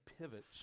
pivots